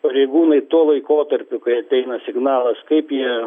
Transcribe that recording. pareigūnai tuo laikotarpiu kai ateina signalas kaip jie